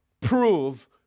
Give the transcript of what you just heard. prove